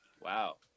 Wow